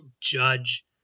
judge